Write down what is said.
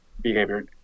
behavior